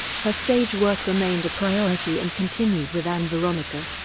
her stage work remained a priority and continued with ann veronica,